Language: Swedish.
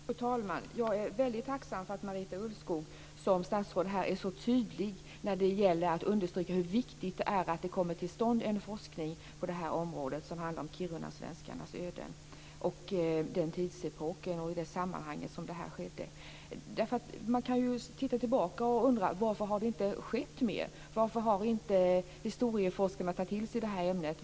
Herr talman! Jag är väldigt tacksam för att statsrådet Marita Ulvskog är så tydlig när det gäller att understryka hur viktigt det är att det kommer till stånd en forskning om kirunasvenskarnas öden, den tidsepoken och det sammanhang där detta skedde. Man kan ju titta tillbaka och undra varför det inte har skett mer. Varför har inte historieforskarna tagit till sig det här ämnet?